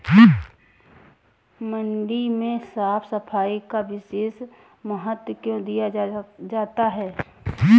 मंडी में साफ सफाई का विशेष महत्व क्यो दिया जाता है?